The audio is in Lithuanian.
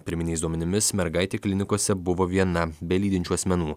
pirminiais duomenimis mergaitė klinikose buvo viena be lydinčių asmenų